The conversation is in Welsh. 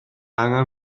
angen